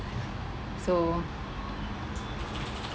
so